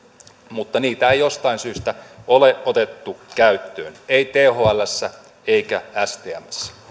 mutta niitä ei jostain syystä ole otettu käyttöön ei thlssä eikä stmssä